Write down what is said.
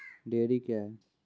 Dairy क्या हैं?